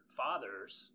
fathers